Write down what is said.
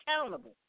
Accountable